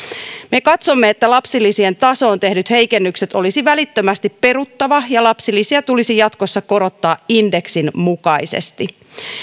me katsomme että lapsilisien tasoon tehdyt heikennykset olisi välittömästi peruttava ja lapsilisiä tulisi jatkossa korottaa indeksin mukaisesti